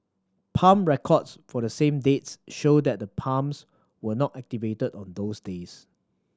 pump records for the same dates show that the pumps were not activated on those days